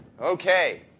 Okay